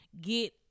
get